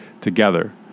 together